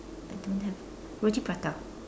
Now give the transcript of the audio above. I don't have roti prata